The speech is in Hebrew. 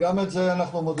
גם את זה אנחנו מודדים,